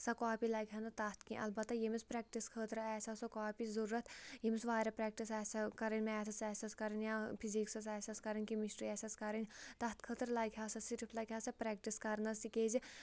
سۄ کاپی لَگہِ ہا نہٕ تَتھ کیٚنٛہہ اَلبَتہ ییٚمِس پرٛیکٹِس خٲطرٕ آسہِ ہا سۄ کاپی ضوٚرَتھ ییٚمِس وارِیاہ پرٛٮ۪کٹِس آسہِ ہا کَرٕنۍ میتھَس آسٮ۪س کَرٕنۍ یا فِزِکسَس کَرٕنۍ کیٚمِسٹرٛی آسٮ۪س کَرٕنۍ تَتھ خٲطرٕ لَگہِ ہا سۄ صِرف لَگہِ ہا سۄ پرٛٮ۪کٹِس کَرنَس تِکیٛازِ